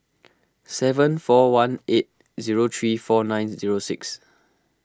seven four one eight zero three four nine zero six